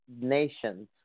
nations